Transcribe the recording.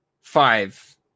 five